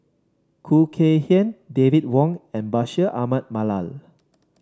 Khoo Kay Hian David Wong and Bashir Ahmad Mallal